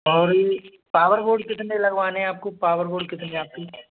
और power board कितने लगवाने आपको पावर बोर्ड कितनी आती